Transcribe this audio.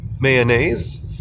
mayonnaise